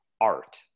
art